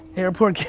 airport gary.